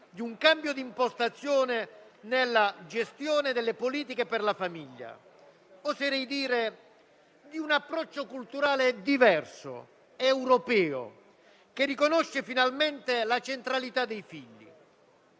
un cambio di impostazione nella gestione delle politiche per la famiglia, oserei dire un approccio culturale diverso ed europeo, che riconosce finalmente la centralità dei figli.